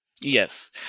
Yes